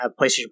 playstation